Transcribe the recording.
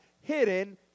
hidden